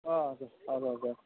अँ हजुर हजुर हजुर